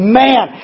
man